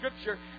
Scripture